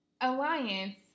alliance